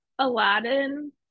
Aladdin